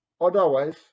otherwise